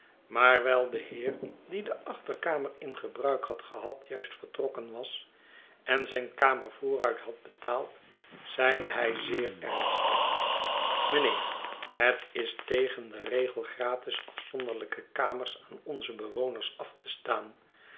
maar wijl de heer die de achterkamer in gebruik hadgehad juist vertrokken was en zijn kamer vooruit had betaald zeide hij zeer ernstig meneer het is tegen den regel gratis afzonderlijke kamers aan onze bewoners af te staan